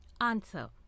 Answer